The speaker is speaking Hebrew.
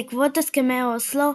בעקבות הסכמי אוסלו,